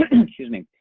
excuse me.